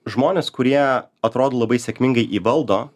žmonės kurie atrodo labai sėkmingai įvaldo